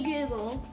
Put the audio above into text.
Google